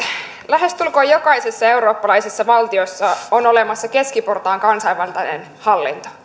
lähestulkoon jokaisessa eurooppalaisessa valtiossa on olemassa keskiportaan kansanvaltainen hallinto